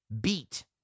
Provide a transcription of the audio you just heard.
beat